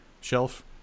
shelf